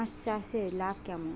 হাঁস চাষে লাভ কেমন?